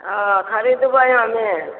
हँ खरिदबै हमे